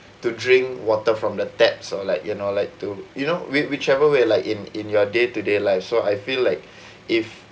to drink water from the taps or like you know like to you know whi~ whichever way like in in your day to day life so I feel like if